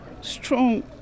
strong